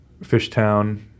Fishtown